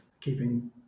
keeping